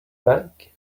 bank